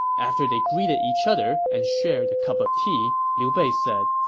after they greeted each other and shared a cup of tea, liu bei said,